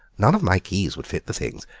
none of my keys would fit the things,